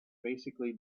basically